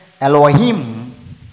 Elohim